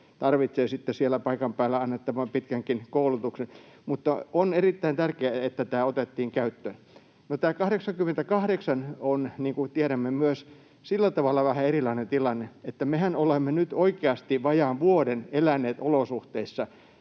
siellä paikan päällä annettavan pitkänkin koulutuksen. Mutta on erittäin tärkeää, että tämä otettiin käyttöön. No, tämä 88 § on, niin kuin tiedämme, myös sillä tavalla vähän erilainen tilanne, että mehän olemme nyt oikeasti vajaan vuoden eläneet olosuhteissa,